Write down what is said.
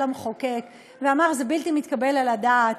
למחוקק ואמר: זה בלתי מתקבל על הדעת,